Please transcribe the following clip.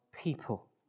people